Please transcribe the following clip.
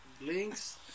links